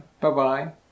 bye-bye